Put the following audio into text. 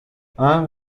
hein